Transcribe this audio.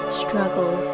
struggle